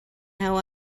how